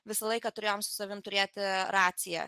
visą laiką turėjom su savim turėti raciją